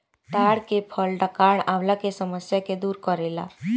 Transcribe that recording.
ताड़ के फल डकार अवला के समस्या के दूर करेला